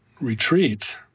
retreat